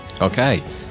Okay